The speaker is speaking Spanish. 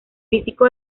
físico